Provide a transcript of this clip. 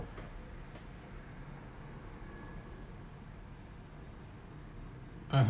um